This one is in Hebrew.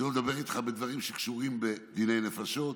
שלא לדבר על דברים שקשורים בדיני נפשות,